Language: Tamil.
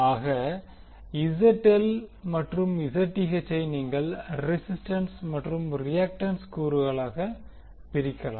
ஆக ZL மற்றும் Zth ஐ நீங்கள் ரெசிஸ்டன்ஸ் மற்றும் ரியாக்டன்ஸ் கூறுகளாக பிரிக்கலாம்